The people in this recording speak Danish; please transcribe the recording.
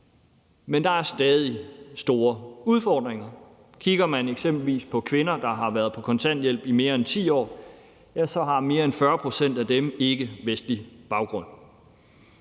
Men der er stadig store udfordringer. Kigger man eksempelvis på kvinder, der har været på kontanthjælp i mere end 10 år, så har mere end 40 pct. af dem ikkevestlig baggrund.